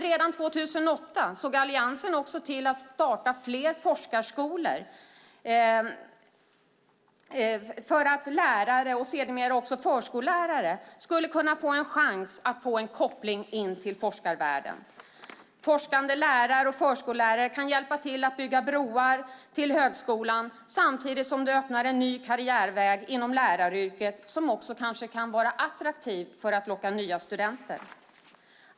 Redan 2008 såg Alliansen också till att starta fler forskarskolor för att lärare och sedermera också förskollärare skulle kunna få en chans att få en koppling till forskarvärlden. Forskande lärare och förskollärare kan hjälpa till att bygga broar till högskolan samtidigt som det öppnar en ny karriärväg inom läraryrket som kanske också kan vara attraktiv för att locka nya studenter.